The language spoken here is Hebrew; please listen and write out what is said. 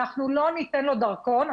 אנחנו לא ניתן לו דרכון.